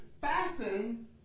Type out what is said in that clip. fasten